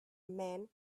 men